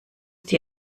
die